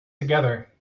together